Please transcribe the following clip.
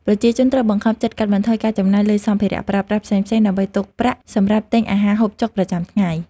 ប្រជាជនត្រូវបង្ខំចិត្តកាត់បន្ថយការចំណាយលើសម្ភារៈប្រើប្រាស់ផ្សេងៗ ដើម្បីទុកប្រាក់សម្រាប់ទិញអាហារហូបចុកប្រចាំថ្ងៃ។